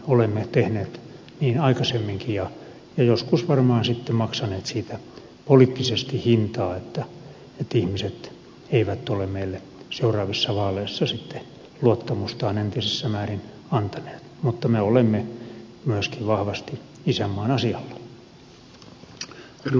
olemme tehneet niin aikaisemminkin ja joskus varmaan sitten maksaneet siitä poliittisesti hintaa niin että ihmiset eivät ole meille seuraavissa vaaleissa sitten luottamustaan entisessä määrin antaneet mutta me olemme myöskin vahvasti isänmaan asialla